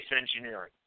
engineering